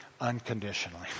unconditionally